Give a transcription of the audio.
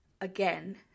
Again